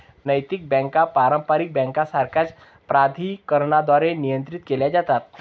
नैतिक बँका पारंपारिक बँकांसारख्याच प्राधिकरणांद्वारे नियंत्रित केल्या जातात